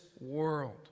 world